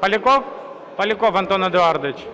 Поляков. Поляков Антон Едуардович.